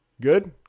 Good